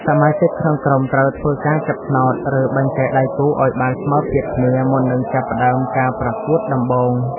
សមាជិកក្នុងក្រុមត្រូវធ្វើការចាប់ឆ្នោត ឬបែងចែកដៃគូឱ្យបានស្មើភាពគ្នា មុននឹងចាប់ផ្ដើមការប្រកួតដំបូង។